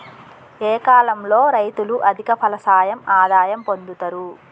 ఏ కాలం లో రైతులు అధిక ఫలసాయం ఆదాయం పొందుతరు?